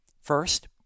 First